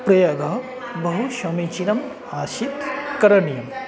प्रयागः बहु समीचीनम् आसीत् करणीयम्